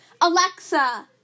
Alexa